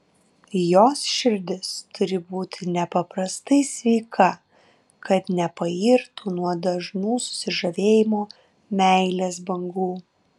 jos širdis turi būti nepaprastai sveika kad nepairtų nuo dažnų susižavėjimo meilės bangų